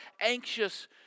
anxious